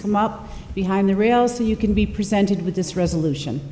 come up behind the real so you can be presented with this resolution